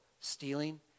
stealing